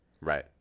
Right